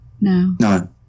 No